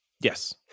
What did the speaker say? Yes